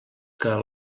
que